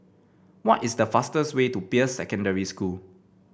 what is the fastest way to Peirce Secondary School